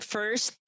First